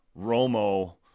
Romo